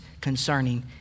concerning